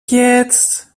jetzt